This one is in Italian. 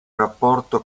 rapporto